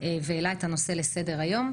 והעלה את הנושא לסדר היום.